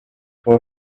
for